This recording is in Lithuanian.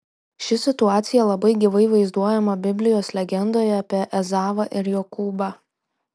ši situacija labai gyvai vaizduojama biblijos legendoje apie ezavą ir jokūbą